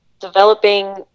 developing